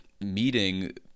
meeting